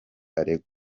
aregwa